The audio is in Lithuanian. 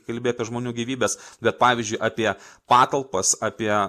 kalbi apie žmonių gyvybes bet pavyzdžiui apie patalpas apie